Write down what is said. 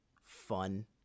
fun